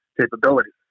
capabilities